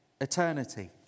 eternity